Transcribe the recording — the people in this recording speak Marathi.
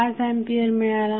5 एंपियर मिळाला